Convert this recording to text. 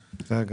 זהו?